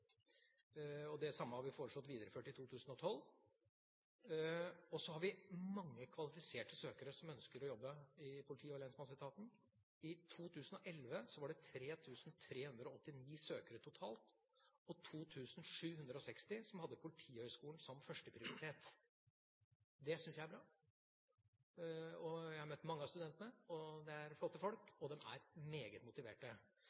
Det samme har vi foreslått videreført i 2012. Og vi har mange kvalifiserte søkere som ønsker å jobbe i politi- og lensmannsetaten. I 2011 var det 3 389 søkere totalt og 2 760 som hadde Politihøgskolen som førsteprioritet. Det syns jeg er bra. Jeg har møtt mange av studentene. Det er flotte folk, og de er meget motiverte.